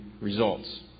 results